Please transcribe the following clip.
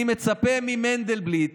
אני מצפה ממנדלבליט